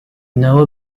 know